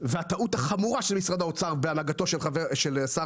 והטעות החמורה של משרד האוצר בהנהגתו של שר